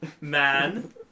Man